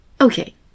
Okay